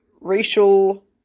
racial